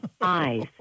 Eyes